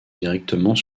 directement